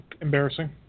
embarrassing